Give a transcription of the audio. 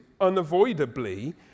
unavoidably